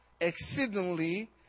exceedingly